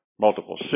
multiple